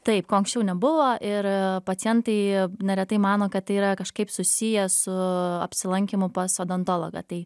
taip ko anksčiau nebuvo ir pacientai neretai mano kad tai yra kažkaip susiję su apsilankymu pas odontologą tai